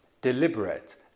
deliberate